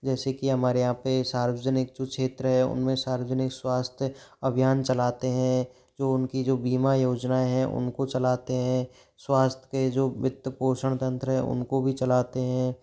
जैसे की हमारे यहाँ पे सार्वजनिक जो क्षेत्र है उनमें सार्वजनिक स्वास्थ्य अभियान चलाते हैं जो उनकी जो बीमा योजना है उनको चलाते हैं स्वास्थ्य के जो वित्त पोषण तंत्र हैं उन को भी चलाते हैं